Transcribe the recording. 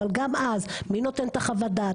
אבל גם אז מי נותן את החוות דעת?